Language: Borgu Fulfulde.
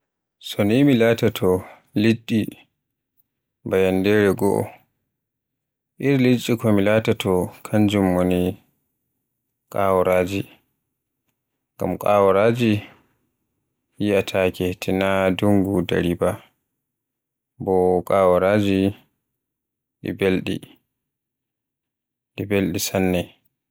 So ni I'm latoto liɗɗi ba yanndere goo, iri liɗɗi ko mi latoto kanjum woni kawaraaji, ngam kawaraaji yi'ataake tinaa dungu daari ba. Bo kawaraaji ɗi belɗi, ɗi belɗi sanne.